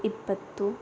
ಇಪ್ಪತ್ತು